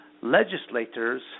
legislators